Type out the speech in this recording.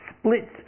splits